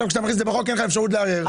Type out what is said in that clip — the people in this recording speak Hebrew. כאשר זה ייכנס לחוק לא תהיה אפשרות לערער,